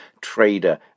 trader